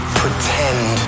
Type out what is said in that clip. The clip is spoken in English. pretend